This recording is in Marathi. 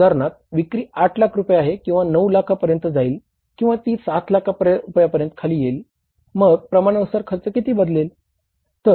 उदाहरणार्थ विक्री 8 लाख रुपये आहे किंवा ती 9 लाखांपर्यंत जाईल किंवा ती 7 लाख रुपयापर्यंत खाली येईल मग प्रमाणानुसार खर्च किती बदलेल